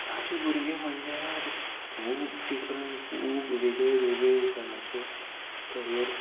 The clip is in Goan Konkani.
आतांचे भुरगे म्हणल्यार खूब डिफरंट खूब वेगळे वेगळे तरांचे करियर